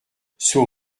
sous